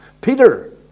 Peter